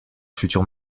futur